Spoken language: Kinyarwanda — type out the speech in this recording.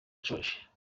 nshonje